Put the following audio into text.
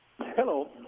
Hello